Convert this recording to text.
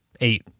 Eight